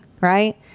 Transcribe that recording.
right